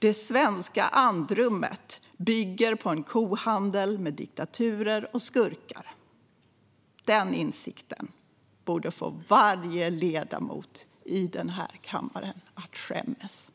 Det svenska andrummet bygger på en kohandel med diktaturer och skurkar. Den insikten borde få varje ledamot i denna kammare att skämmas.